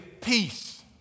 peace